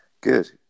Good